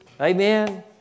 Amen